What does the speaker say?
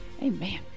Amen